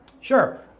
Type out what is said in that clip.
Sure